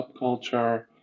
subculture